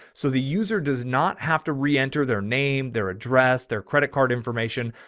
so the user does not have to re enter their name, their address, their credit card information.